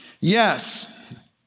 Yes